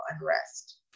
unrest